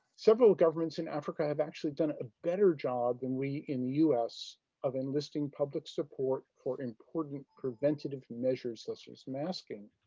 several governments in africa have actually done a better job than we in the us of enlisting public support for important preventative measures such as masking.